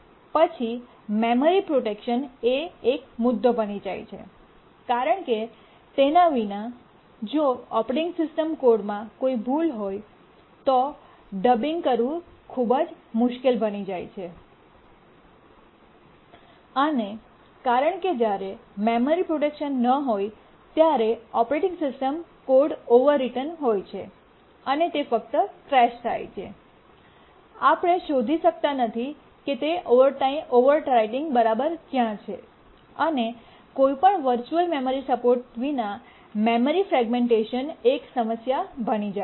પછી memory protection એક મુદ્દો બની જાય છે કારણ કે તેના વિના જો ઓપરેટિંગ સિસ્ટમ કોડમાં કોઈ ભૂલ હોય તો તે ડિબગ કરવું ખૂબ જ મુશ્કેલ બની જાય છે અને કારણ કે જ્યારે મેમરી પ્રોટેકશન ન હોય ત્યારે ઓપરેટિંગ સિસ્ટમ કોડ ઓવરરિટન હોય છે અને તે ફક્ત ક્રેશ થાય છે આપણે શોધી શકતા નથી કે તે ઓવરરાઇટિંગ બરાબર ક્યાં છે અને કોઈપણ વર્ચુઅલ મેમરી સપોર્ટ વિના મેમરી ફ્રેગમેન્ટેશન એક સમસ્યા બની જાય છે